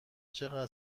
چقدر